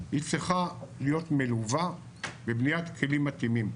היא צריכה להיות מלווה בבניית כלים מתאימים.